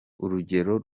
urugero